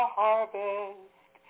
harvest